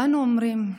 ואנו אומרים: